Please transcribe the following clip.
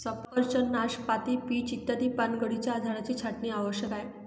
सफरचंद, नाशपाती, पीच इत्यादी पानगळीच्या झाडांची छाटणी आवश्यक आहे